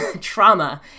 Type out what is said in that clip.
trauma